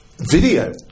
video